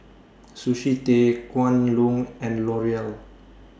Sushi Tei Kwan Loong and L'Oreal